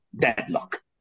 deadlock